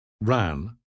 ran